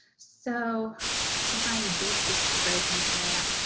so to find beekeepers in the area.